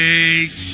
Take